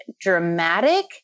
dramatic